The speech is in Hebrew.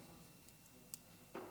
שלוש